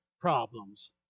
problems